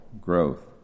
growth